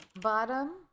Bottom